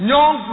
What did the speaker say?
Young